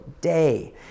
day